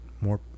More